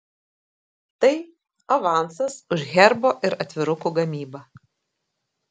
tai avansas už herbo ir atvirukų gamybą